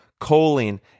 choline